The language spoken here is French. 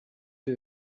rue